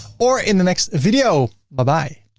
or in the next video. bye-bye!